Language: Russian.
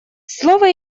слово